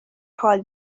حال